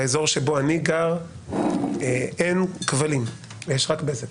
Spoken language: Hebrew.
באזור שבו אני גר אין כבלים אלא רק בזק